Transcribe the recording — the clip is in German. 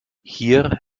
hier